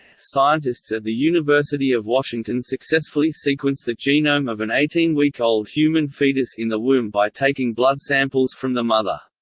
scientists at the university of washington successfully sequence the genome of an eighteen week old human fetus in the womb by taking blood samples from the mother.